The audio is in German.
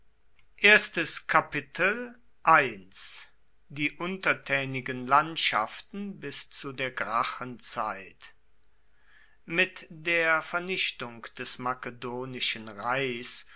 die untertänigen landschaften bis zu der gracchenzeit mit der vernichtung des makedonischen reichs